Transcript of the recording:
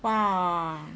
!wow!